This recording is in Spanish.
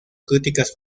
críticas